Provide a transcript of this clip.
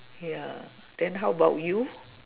ya then how about you